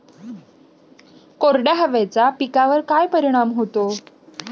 कोरड्या हवेचा पिकावर काय परिणाम होतो?